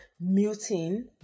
muting